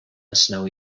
snowy